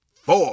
four